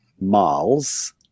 miles